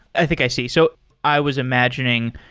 i think i see. so i was imagining,